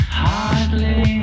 hardly